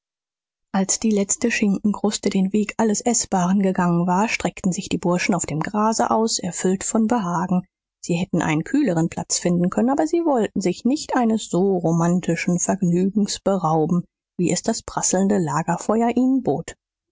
als die letzte schinkenkruste den weg alles eßbaren gegangen war streckten sich die burschen auf dem grase aus erfüllt von behagen sie hätten einen kühleren platz finden können aber sie wollten sich nicht eines so romantischen vergnügens berauben wie es das prasselnde lagerfeuer ihnen bot